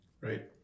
Right